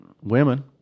women